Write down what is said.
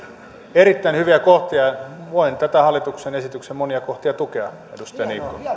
erittäin hyviä kohtia voin tämän hallituksen esityksen monia kohtia tukea edustaja niikko